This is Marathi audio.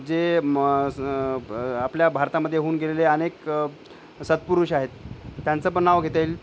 जे मग आपल्या भारतामध्ये होऊन गेलेले अनेक सत्पुरुष आहेत त्यांचं पण नाव घेता येईल